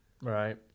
Right